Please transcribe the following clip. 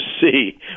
see